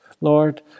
Lord